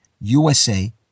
USA